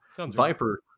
Viper